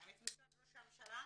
גם את משרד ראש הממשלה